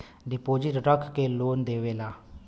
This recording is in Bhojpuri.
डिपोसिट रख के लोन देवेला